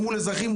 מול אזרחים,